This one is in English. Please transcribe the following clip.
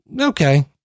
Okay